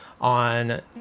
on